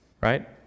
right